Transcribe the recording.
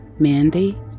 Mandy